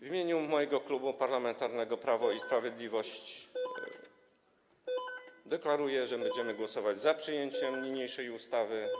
W imieniu mojego klubu, Klubu Parlamentarnego Prawo i Sprawiedliwość, deklaruję, że będziemy głosować za przyjęciem niniejszej ustawy.